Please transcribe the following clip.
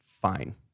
fine